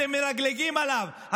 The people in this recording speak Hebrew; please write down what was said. אתם מלגלגים עליו,